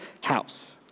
house